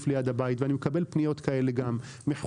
ליד הבית ואני מקבל פניות כאלה מחולון,